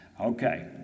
Okay